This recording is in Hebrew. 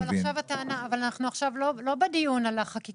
אבל אנחנו עכשיו לא בדיון על החקיקה.